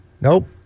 Nope